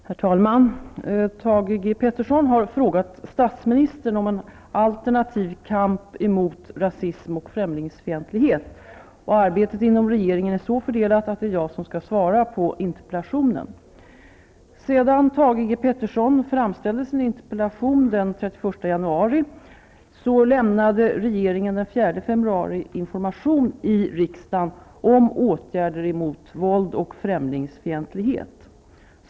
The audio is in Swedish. Herr talman! Thage G Peterson har frågat statsministern om en alternativ kamp mot rasism och främlingsfientlighet. Arbetet inom regeringen är så fördelat att det är jag som skall svara på interpellationen. Sedan Thage G Peterson framställde sin interpellation den 31 januari lämnade regeringen den 4 februari information i riksdagen om åtgärder mot våld och främlingsfientlighet.